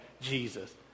jesus